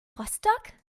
rostock